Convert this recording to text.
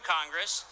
Congress